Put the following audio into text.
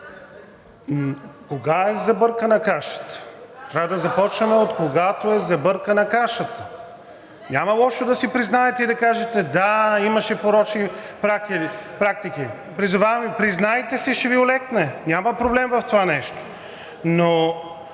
Кога е забъркана кашата? Трябва да започнем откогато е забъркана кашата. Няма лошо да си признаете и да кажете: да, имаше порочни практики. Признайте си, ще Ви олекне, няма проблем в това нещо,